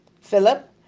Philip